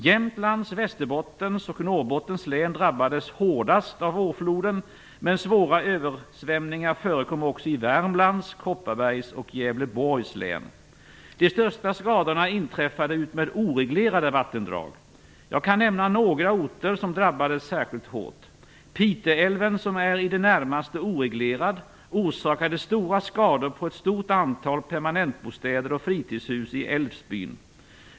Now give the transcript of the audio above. Jämtlands, Västerbottens och Norrbottens län drabbades hårdast av vårfloden, men svåra översvämningar förekom också i Värmlands, Kopparbergs och Gävleborgs län. De största skadorna inträffade utmed oreglerade vattendrag. Jag kan nämna några orter som drabbades särskilt hårt. Piteälven, som är i det närmaste oreglerad, orsakade stora skador på ett stort antal permanentbostäder och fritidshus i Älvsbyn.